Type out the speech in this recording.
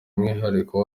umwihariko